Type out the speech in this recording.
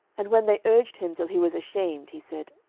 and when they urged him till he was ashamed, he said,